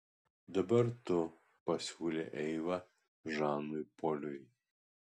dabar tu pasiūlė eiva žanui poliui